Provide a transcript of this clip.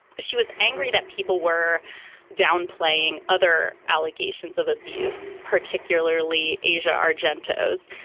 but she was angry that people were downplaying other allegations of abuse, particularly asia argento those,